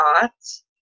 thoughts